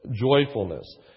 joyfulness